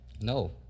No